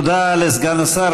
תודה לסגן השר.